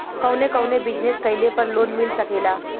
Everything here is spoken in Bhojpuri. कवने कवने बिजनेस कइले पर लोन मिल सकेला?